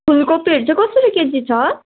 फुलकोपीहरू चाहिँ कसरी केजी छ